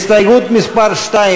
סתיו שפיר,